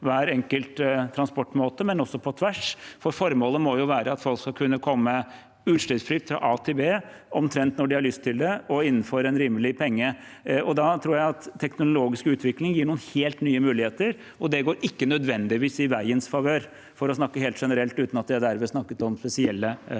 hver enkelt transportmåte, men også på tvers, for formålet må jo være at folk skal kunne komme utslippsfritt fra a til b, omtrent når de har lyst til det, og for en rimelig penge. Da tror jeg at den teknologiske utviklingen gir noen helt nye muligheter, og det går ikke nødvendigvis i veiens favør, for å snakke helt generelt, uten at jeg derved snakket om spesielle veier.